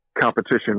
Competition